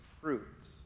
fruits